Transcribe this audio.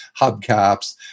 hubcaps